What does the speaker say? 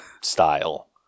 style